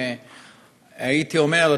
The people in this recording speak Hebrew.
הייתי אומר,